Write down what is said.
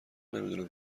نمیدونم